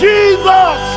Jesus